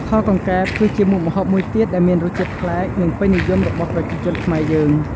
ខកង្កែប គឺជាមុខម្ហូបមួយទៀតដែលមានរសជាតិប្លែក និងពេញនិយមរបស់ប្រជាជនខ្មែរយើង។